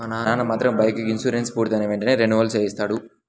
మా నాన్న మాత్రం బైకుకి ఇన్సూరెన్సు పూర్తయిన వెంటనే రెన్యువల్ చేయిస్తాడు